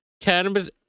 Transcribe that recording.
Cannabis